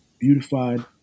Beautified